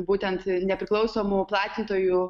būtent nepriklausomų platintojų